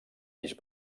eix